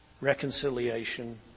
reconciliation